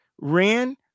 ran